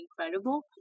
incredible